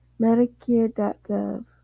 Medicare.gov